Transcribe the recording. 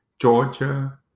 Georgia